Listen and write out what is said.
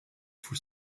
for